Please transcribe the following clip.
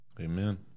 Amen